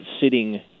sitting